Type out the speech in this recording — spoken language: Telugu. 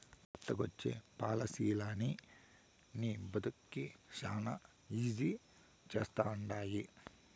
కొత్తగొచ్చే పాలసీలనీ నీ బతుకుని శానా ఈజీ చేస్తండాయి